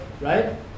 right